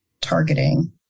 targeting